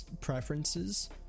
preferences